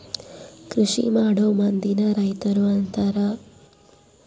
ಕೃಷಿಮಾಡೊ ಮಂದಿನ ರೈತರು ಅಂತಾರ